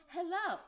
Hello